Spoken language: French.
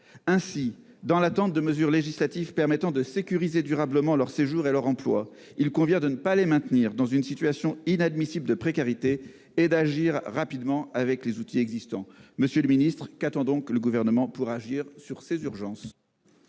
Dans l'attente de mesures législatives permettant de sécuriser durablement leur séjour et leur emploi, il convient de ne pas maintenir ceux-ci dans une situation inadmissible de précarité et d'agir rapidement avec les outils existants. Monsieur le ministre, qu'attend donc le Gouvernement pour agir face à ces urgences ?